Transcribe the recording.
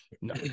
no